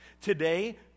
Today